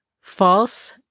false